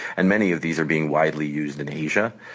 and many of these are being widely used in asia,